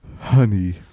honey